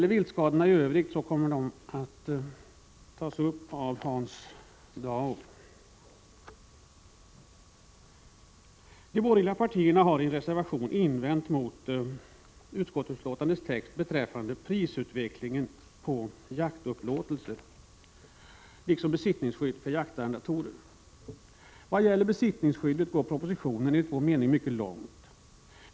Viltskadorna i övrigt kommer att tas upp av Hans Dau. De borgerliga partierna har i reservationer invänt mot utskottsbetänkandets text beträffande prisutvecklingen på jaktupplåtelser och besittningsskyddet för jaktarrendatorer. Vad gäller besittningsskydd går propositionen enligt vår mening mycket långt.